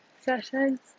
sessions